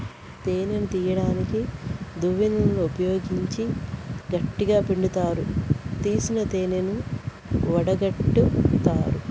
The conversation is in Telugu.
తేనెను తీయడానికి దువ్వెనలను ఉపయోగించి గట్టిగ పిండుతారు, తీసిన తేనెను వడగట్టుతారు